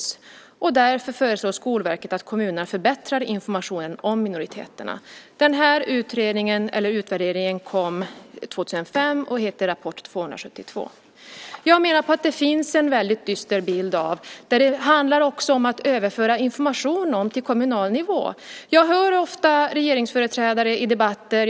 Skolverket föreslår därför att kommunerna förbättrar informationen om minoriteterna. Utvärderingen kom 2005 och heter Rapport 272 . Jag menar att det finns en väldigt dyster bild som handlar om överförandet av information till kommunal nivå. Jag hör ofta regeringsföreträdare i debatter.